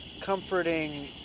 comforting